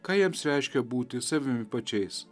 ką jiems reiškia būti savimi pačiais